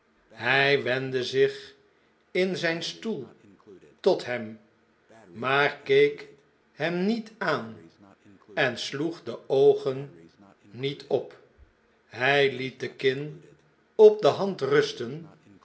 hjj wendde zich in zjjn stoel tot hem raaar keek hem niet aan en sloeg de oogen niet op hjj liet de kin op de hand rusten